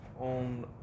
on